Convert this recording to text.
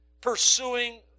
pursuing